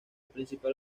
principal